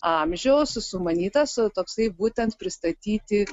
amžiaus sumanytas toksai būtent pristatyti